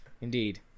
Indeed